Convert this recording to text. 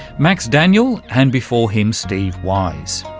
max daniel, and before him steve wise.